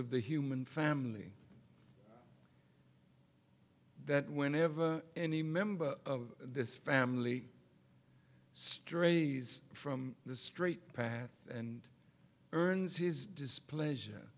of the human family that whenever any member of this family strays from the straight path and earns his displeas